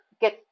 get